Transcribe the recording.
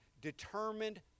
determined